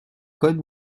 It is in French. code